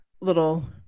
little